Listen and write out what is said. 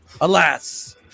alas